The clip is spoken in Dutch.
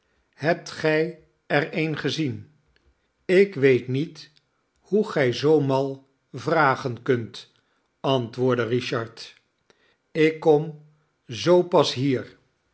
hebt gij er een gezien ik weet niet hoe gij zoo mal vragen kunt antwoordde richard ik kom zoo pas hier